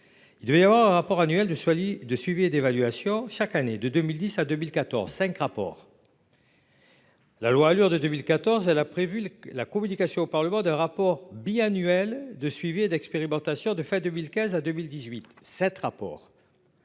Il devait y avoir un rapport annuel du de suivi et d'évaluation chaque année de 2010 à 2014, 5 rapports. La loi Alur de 2014, elle a prévu la communication au Parlement d'un rapport biannuel de suivi et d'expérimentation de fin 2015 à 2018, 7 rapports.